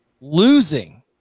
losing